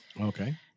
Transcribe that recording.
Okay